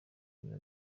biba